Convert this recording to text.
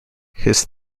his